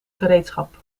gereedschap